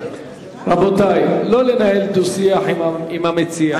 רבותי, לא לנהל דו-שיח עם המציע.